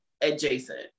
adjacent